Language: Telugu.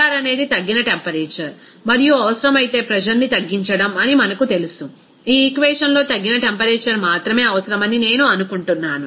Tr అనేది తగ్గిన టెంపరేచర్ మరియు అవసరమైతే ప్రెజర్ ని తగ్గించడం అని మనకు తెలుసు ఈ ఈక్వేషన్ లో తగ్గిన టెంపరేచర్ మాత్రమే అవసరమని నేను అనుకుంటున్నాను